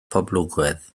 poblogaidd